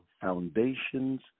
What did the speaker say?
foundations